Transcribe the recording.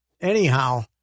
anyhow